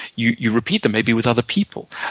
you you repeat them, maybe with other people.